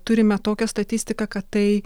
turime tokią statistiką kad tai